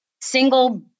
Single